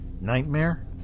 Nightmare